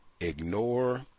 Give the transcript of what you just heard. ignore